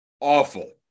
awful